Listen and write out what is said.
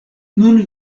nun